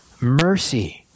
mercy